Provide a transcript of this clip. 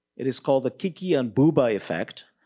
it is called the kiki and bouba effect,